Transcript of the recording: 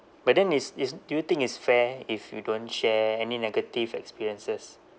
but then is is do you think is fair if you don't share any negative experiences